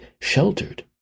sheltered